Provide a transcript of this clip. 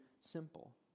simple